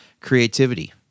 Creativity